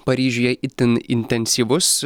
paryžiuje itin intensyvus